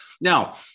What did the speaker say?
Now